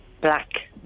Black